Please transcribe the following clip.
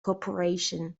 corporation